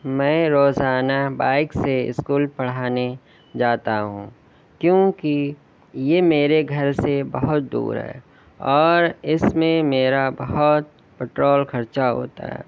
میں روزانہ بائک سے اسکول پڑھانے جاتا ہوں کیونکہ یہ میرے گھر سے بہت دور ہے اور اس میں میرا بہت پٹرول خرچہ ہوتا ہے